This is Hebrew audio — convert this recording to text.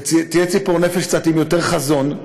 תהיה ציפור נפש עם קצת יותר חזון,